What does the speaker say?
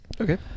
Okay